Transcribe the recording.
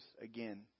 again